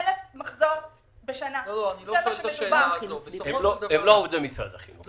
150,000 מחזור בשנה, אנחנו לא עובדי משרד החינוך,